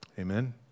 Amen